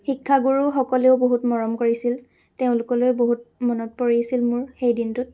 শিক্ষাগুৰুসকলেও বহুত মৰম কৰিছিল তেওঁলোকলৈ বহুত মনত পৰিছিল মোৰ সেই দিনটোত